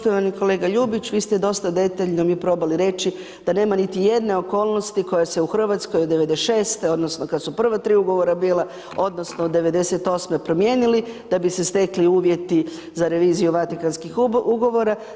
Poštovani kolega Ljubić, vi ste dosta detaljno mi probali reći da nema niti jedne okolnosti koja se u Hrvatskoj od '96.-te odnosno kad su prva tri ugovora bila, odnosno od '98. primijenili, da bi se stekli uvjeti za reviziju Vatikanskih ugovora.